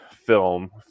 film